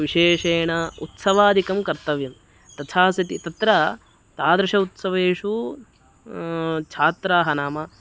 विशेषेण उत्सवादिकं कर्तव्यं तथा सति तत्र तादृशेषु उत्सवेषु छात्राः नाम